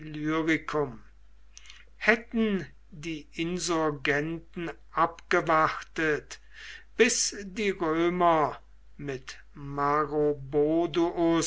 illyricum hätten die insurgenten abgewartet bis die römer mit